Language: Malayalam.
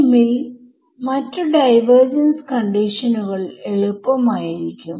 വേറെ എന്തെങ്കിലും മറ്റു ശേഷിക്കുന്ന കോൺസ്റ്റന്റ്സ് നോട് ഗുണിക്കണം